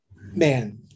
man